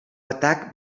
atac